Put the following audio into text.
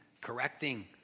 correcting